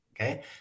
okay